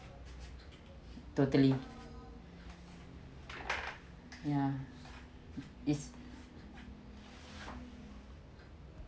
totally yeah is